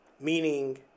Meaning